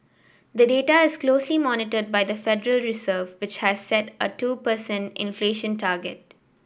the data is closely monitored by the Federal Reserve which has set a two per cent inflation target